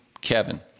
Kevin